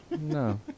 no